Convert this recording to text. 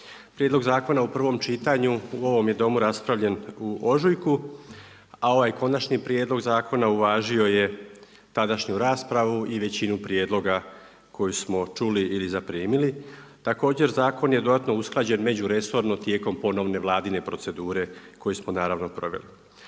Prijedlog zakona u prvom čitanju u ovom je Domu raspravljen u ožujku, a ovaj konačni prijedlog zakona uvažio je tadašnju raspravu i većinu prijedloga koju samo čuli ili zaprimili. Također, zakon je dodatno usklađen međuresorno tijekom ponovne Vladine procedure koju smo proveli.